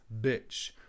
bitch